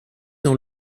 dans